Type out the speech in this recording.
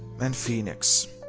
and phoenix.